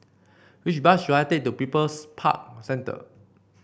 which bus should I take to People's Park Centre